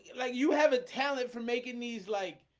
like you have a talent for making these like